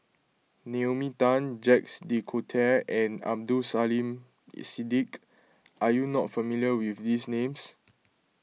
Naomi Tan Jacques De Coutre and Abdul Siddique are you not familiar with these names